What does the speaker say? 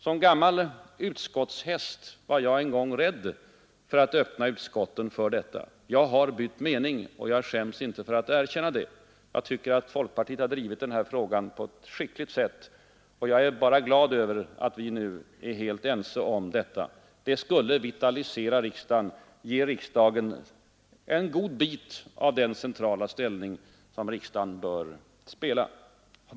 Som gammal utskottshäst var jag rädd för att öppna utskotten för offentliga förhör. Jag har bytt mening, och jag skäms inte för att erkänna det. Jag tycker att folkpartiet drivit denna fråga på ett skickligt sätt, och jag är bara glad över att vi nu är helt ense om detta. Öppna utskottsförhör skulle vitalisera riksdagen, ge riksdagen betydligt mer av den centrala ställning som riksdagen bör ha.